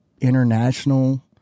international